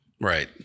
right